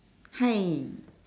hi